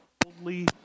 boldly